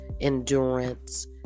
endurance